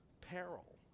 peril